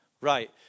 Right